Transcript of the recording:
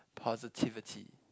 positivity